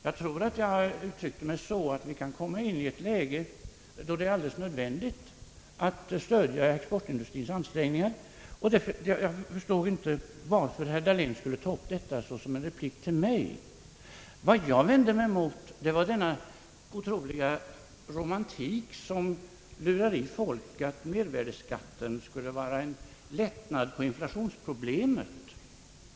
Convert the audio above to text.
Jag tror att jag uttryckte mig så att vi kan komma in i ett läge, då det är nödvändigt att stödja exportindustriens ansträngningar, och jag förstår inte varför herr Dahlén skulle ta upp detta som en replik till mig. Vad jag vände mig emot var denna romantik som lurar i folk att mervärdeskatten skulle medföra en lättnad i fråga om inflationsproblemen.